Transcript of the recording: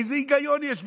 איזה היגיון יש בזה?